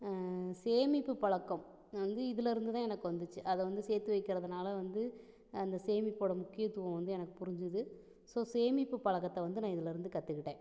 சேமிப்பு பழக்கம் வந்து இதுலேருந்துதான் எனக்கு வந்துச்சு அதை வந்து சேர்த்து வைக்கிறதுனால வந்து அந்த சேமிப்போட முக்கியத்துவம் வந்து எனக்கு புரிஞ்சது ஸோ சேமிப்பு பழக்கத்தை வந்து நான் இதுலேருந்து கற்றுகிட்டேன்